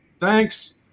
thanks